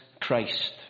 Christ